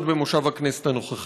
עוד במושב הכנסת הנוכחי.